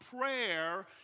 prayer